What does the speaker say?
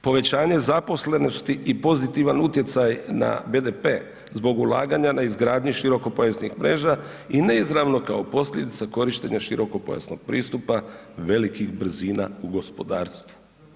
Povećanje zaposlenosti i pozitivan utjecaj na BDP zbog ulaganja na izgradnju širokopojasnih mreža i neizravno kao posljedica korištenja širokopojasnog pristupa velikih brzina u gospodarstvu.